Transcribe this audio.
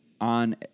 on